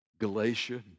Galatia